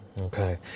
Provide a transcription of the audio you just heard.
Okay